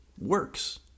works